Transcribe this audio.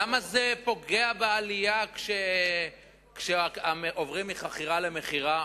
למה זה פוגע בעלייה כשעוברים מחכירה למכירה?